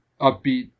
upbeat